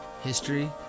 history